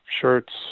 Shirts